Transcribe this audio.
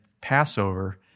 Passover